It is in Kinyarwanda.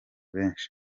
benshi